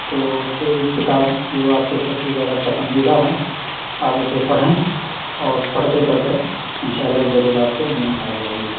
تو کوئی کتاب جو آپ کے سب سے زیادہ پسندیدہ ہوں آپ اسے پڑھیں اور پڑھتے پڑھتے ان شاء اللہ ضرور آپ کو نیند آ جائے گی